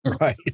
Right